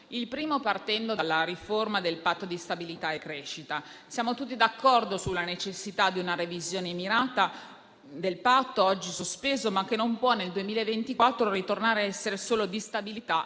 luogo, partendo dalla riforma del Patto di stabilità e crescita, siamo tutti d'accordo sulla necessità di una sua revisione mirata, dato che oggi è sospeso, ma esso non può, nel 2024, tornare a essere solo di stabilità e non di crescita.